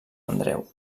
andreu